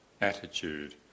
attitude